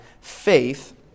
faith